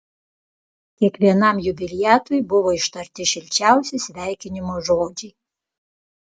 kiekvienam jubiliatui buvo ištarti šilčiausi sveikinimo žodžiai